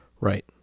Right